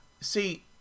See